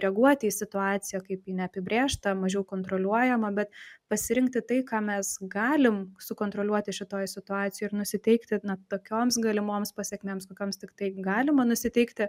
reaguoti į situaciją kaip į neapibrėžtą mažiau kontroliuojamą bet pasirinkti tai ką mes galim sukontroliuoti šitoj situacijoj ir nusiteikti tokioms galimoms pasekmėms kokioms tiktai galima nusiteikti